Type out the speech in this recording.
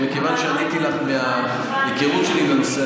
מכיוון שעניתי לך מההיכרות שלי עם הנושא,